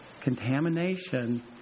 Contamination